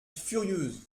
furieuse